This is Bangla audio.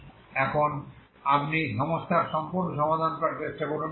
এবং এখন আপনি এই সমস্যার সম্পূর্ণ সমাধান করার চেষ্টা করুন